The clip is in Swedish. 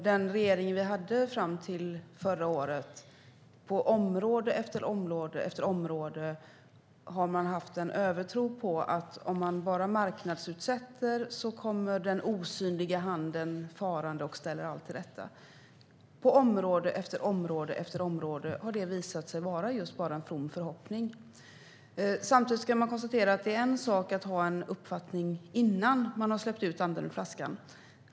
Den regering vi hade fram till förra året har på område efter område haft en övertro på att om man bara marknadsutsätter så kommer den osynliga handen farande och ställer allt till rätta. På område efter område har detta visat sig vara just bara en from förhoppning. Samtidigt kan man konstatera att det är en sak att ha en uppfattning innan man har släppt ut anden ur flaskan.